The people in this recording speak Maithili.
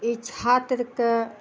ई छात्रके